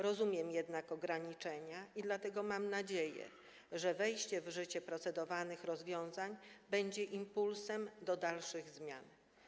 Rozumiem jednak ograniczenia i dlatego mam nadzieję, że wejście w życie procedowanych rozwiązań będzie impulsem do dalszych zmian.